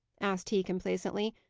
asked he, complaisantly.